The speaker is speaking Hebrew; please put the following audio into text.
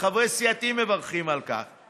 וחברי סיעתי מברכים על כך,